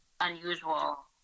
unusual